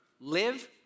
live